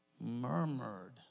murmured